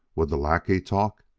would the lackey talk?